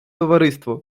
товариство